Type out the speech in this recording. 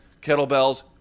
kettlebells